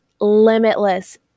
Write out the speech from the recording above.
limitless